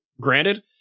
granted